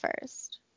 first